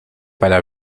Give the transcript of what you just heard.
para